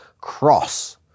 cross